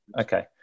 okay